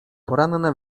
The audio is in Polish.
poranne